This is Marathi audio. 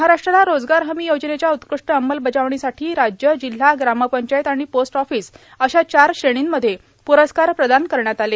महाराष्ट्राला रोजगार हमी योजनेच्या उत्कृष्ट अंमलबजावणीसाठी राज्य जिल्हा ग्रामपंचायत आणि पोस्ट ऑफीस अशा चार श्रेणींमध्ये पुरस्कार प्रदान करण्यात आले